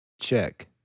Check